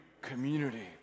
community